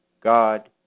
God